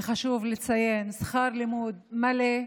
וחשוב לציין: שכר לימוד מלא,